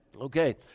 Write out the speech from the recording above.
Okay